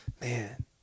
Man